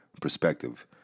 perspective